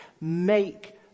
Make